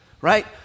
right